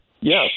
Yes